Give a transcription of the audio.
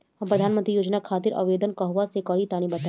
हम प्रधनमंत्री योजना खातिर आवेदन कहवा से करि तनि बताईं?